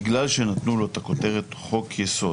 בגלל שנתנו לו את הכותרת חוק יסוד